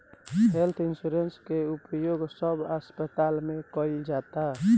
health insurance के उपयोग सब अस्पताल में कईल जाता